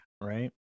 Right